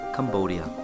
Cambodia